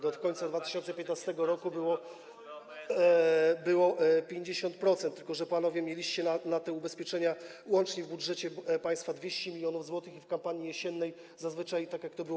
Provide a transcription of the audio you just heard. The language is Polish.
Do końca 2015 r. było 50%, tylko że panowie mieliście na te ubezpieczenia łącznie w budżecie państwa 200 mln zł i w kampanii jesiennej zazwyczaj, tak jak to było.